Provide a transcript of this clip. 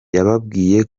yababwiye